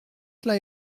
cela